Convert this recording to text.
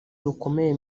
rukomeye